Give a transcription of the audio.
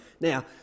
Now